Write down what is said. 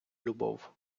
любов